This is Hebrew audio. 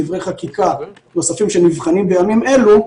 דברי חקיקה נוספים שנבחנים בימים אלו,